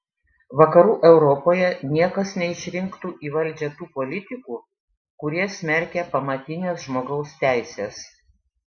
vakarų europoje niekas neišrinktų į valdžią tų politikų kurie smerkia pamatines žmogaus teises